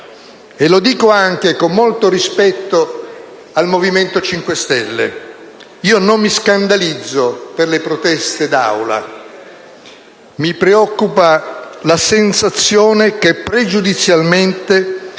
E lo dico anche, con molto rispetto, al Movimento 5 Stelle: io non mi scandalizzo per le proteste d'Aula; mi preoccupa la sensazione che pregiudizialmente